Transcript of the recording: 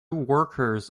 workers